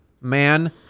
man